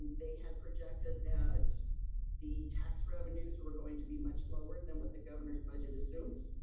they had projected that the tax revenues were were going to be much lower than what the governor's budget assumes,